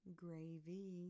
gravy